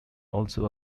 also